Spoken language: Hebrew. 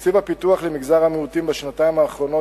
תקציב הפיתוח למגזר המיעוטים בשנתיים האחרונות